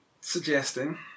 suggesting